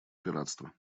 пиратства